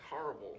horrible